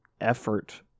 effort